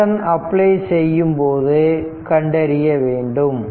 Norton apply செய்யும்போது கண்டறிய வேண்டும்